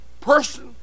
person